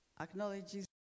acknowledges